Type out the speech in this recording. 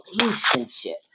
relationship